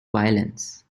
violence